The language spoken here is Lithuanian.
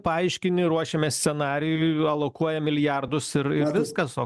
paaiškini ruošiame scenarijų alokuojam milijardus ir viskas o